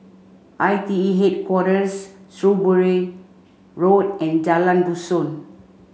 I T E Headquarters Shrewsbury Road and Jalan Dusun